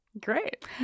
Great